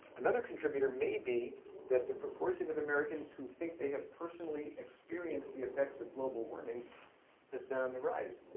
another contributor may be that the proportion of americans who think they have personally experienced the effects of global warming is now on the rise.